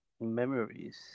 Memories